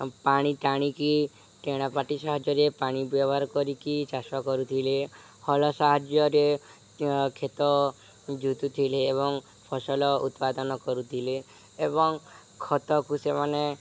ଆଉ ପାଣି ଟାଣିକି ଟେଣାପଟି ସାହାଯ୍ୟରେ ପାଣି ବ୍ୟବହାର କରିକି ଚାଷ କରୁଥିଲେ ହଳ ସାହାଯ୍ୟରେ କ୍ଷେତ ଜୁତୁଥିଲେ ଏବଂ ଫସଲ ଉତ୍ପାଦନ କରୁଥିଲେ ଏବଂ ଖତକୁ ସେମାନେ